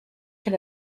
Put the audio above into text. can